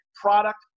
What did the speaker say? product